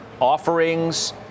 offerings